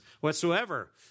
whatsoever